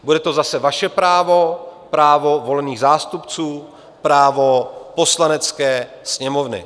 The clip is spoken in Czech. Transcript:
Bude to zase vaše právo, právo volených zástupců, právo Poslanecké sněmovny.